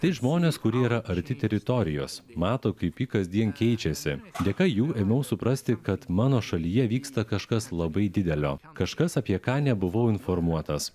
tai žmonės kurie yra arti teritorijos mato kaip ji kasdien keičiasi dėka jų ėmiau suprasti kad mano šalyje vyksta kažkas labai didelio kažkas apie ką nebuvau informuotas